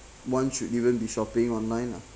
one should even be shopping online lah